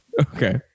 okay